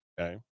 Okay